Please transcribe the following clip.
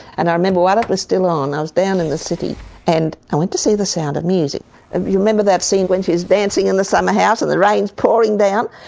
and i remember while it was still on, i was down in the city and i went to see the sound of music. and you remember that scene when she's dancing in the summer house and the rain's pouring down?